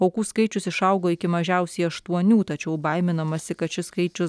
aukų skaičius išaugo iki mažiausiai aštuonių tačiau baiminamasi kad šis skaičius